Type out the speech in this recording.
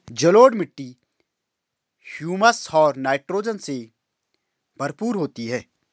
जलोढ़ मिट्टी हृयूमस और नाइट्रोजन से भरपूर होती है